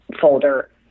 folder